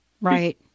Right